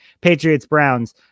Patriots-Browns